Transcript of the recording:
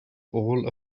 all